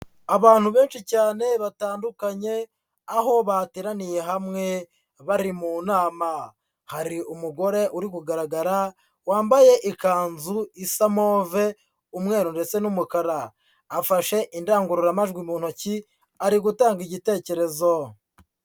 Abantu benshi cyane batandukanye, aho bateraniye hamwe bari mu nama, hari umugore uri kugaragara wambaye ikanzu isa move, umweru ndetse n'umukara, afashe indangururamajwi mu ntoki, ari gutanga igitekerezo.